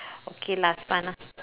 okay last one ah